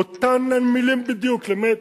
אותן מלים בדיוק, למעט